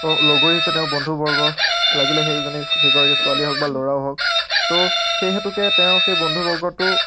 লগৰী হৈছে তেওঁৰ বন্ধুবৰ্গ লাগিলে সেইজনী সেইগৰাকী ছোৱালীয়ে হওক বা ল'ৰা হওক তো সেই হেতুকে তেওঁ সেই বন্ধুবৰ্গটো